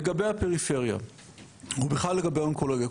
לגבי הפריפריה ובכלל לגבי האונקולוגיה,